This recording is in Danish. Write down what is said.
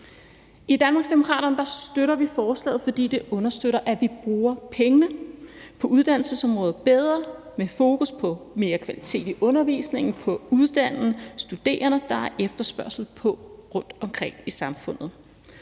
I Danmarksdemokraterne støtter vi forslaget, fordi det understøtter, at vi bruger pengene på uddannelsesområdet bedre, med fokus på mere kvalitet i undervisningen og på at uddanne studerende, der er efterspørgsel på rundtomkring i samfundet.